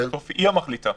בסוף היא המחליטה.